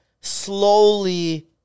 slowly